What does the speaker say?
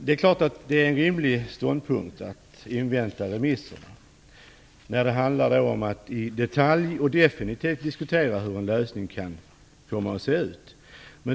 Det är klart att det är en rimlig ståndpunkt att man skall invänta remisserna när det handlar om att i detalj och definitivt diskutera hur en lösning kan komma att se ut.